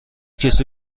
کسی